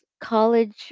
college